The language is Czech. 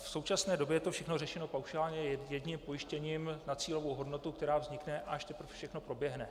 V současné době je to všechno řešeno paušálně jedním pojištěním na cílovou hodnotu, která vznikne, až teprv všechno proběhne.